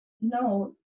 no